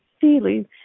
feelings